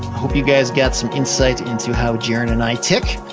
hope you guys got some insight into how jaren and i tick.